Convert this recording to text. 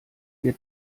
wir